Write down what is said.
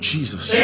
Jesus